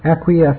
acquiesce